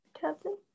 Captain